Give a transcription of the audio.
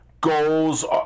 Goals